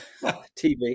tv